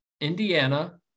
Indiana